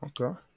Okay